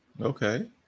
Okay